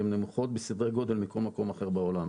הן נמוכות בסדרי גודל מכל מקום אחר בעולם.